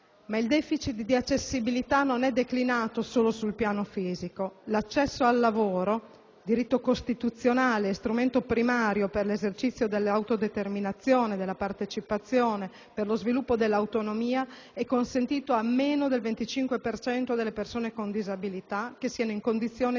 Ma il deficit di accessibilità non è declinato solo sul piano fisico: l'accesso al lavoro, diritto costituzionale e strumento primario per l'esercizio del diritto all'autodeterminazione, alla partecipazione, allo sviluppo dell'autonomia, è consentito a meno del 25 per cento delle persone con disabilità, che siano in condizioni di